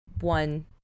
one